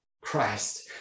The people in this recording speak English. Christ